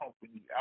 company